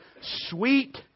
sweet